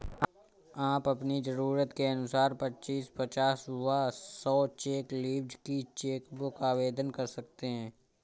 आप अपनी जरूरत के अनुसार पच्चीस, पचास व सौ चेक लीव्ज की चेक बुक आवेदन कर सकते हैं